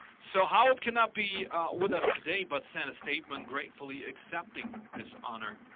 so howard cannot be with us today but sent a statement gratefully accepting this honor.